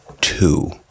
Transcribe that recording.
two